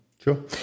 sure